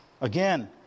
Again